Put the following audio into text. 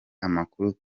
amakuru